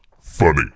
funny